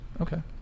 Okay